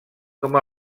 com